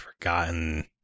forgotten